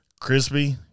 Crispy